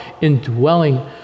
indwelling